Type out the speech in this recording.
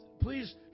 Please